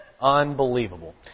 Unbelievable